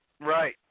Right